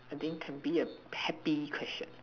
I think can be a happy question